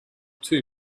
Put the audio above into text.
two